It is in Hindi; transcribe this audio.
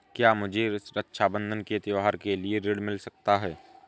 क्या मुझे रक्षाबंधन के त्योहार के लिए ऋण मिल सकता है?